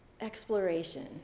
exploration